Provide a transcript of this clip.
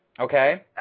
okay